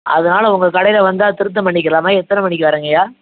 அதனால் உங்க கடையில் வந்தால் திருத்தம் பண்ணிக்கிறலாமா எத்தனை மணிக்கு வர்றீங்கய்யா